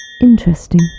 Interesting